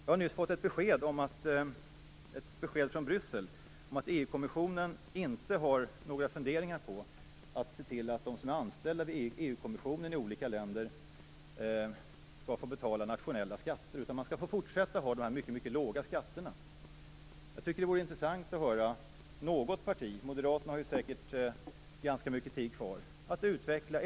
Jag har just fått ett besked från Bryssel om att EU kommissionen inte har några funderingar på att se till att de anställda vid EU-kommissionens kontor i olika länder skall få betala nationella skatter. De skall få fortsätta ha dessa mycket låga skatter. Jag tycker att det skulle vara intressant att höra något parti utveckla detta. Moderaterna har säkert ganska mycket taletid kvar.